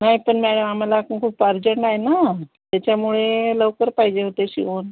नाही पण मॅडम आम्हाला खूप अर्जंट आहे ना त्याच्यामुळे लवकर पाहिजे होते शिवून